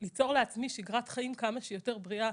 כדי ליצור לעצמי שגרת חיים כמה שיותר בריאה.